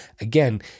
Again